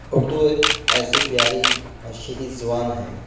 اردو ایک ایسی پیاری اور شیریں زبان ہے